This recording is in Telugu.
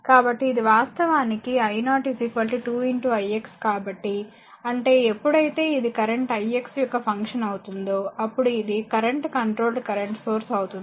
కాబట్టి ఇది వాస్తవానికి i0 2 i x కాబట్టి అంటేఎప్పుడయితే ఇది కరెంట్ i x యొక్క ఫంక్షన్ అవుతుందో అప్పుడు ఇది కరెంట్ కంట్రోల్డ్ కరెంట్ సోర్స్ అవుతుంది